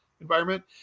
environment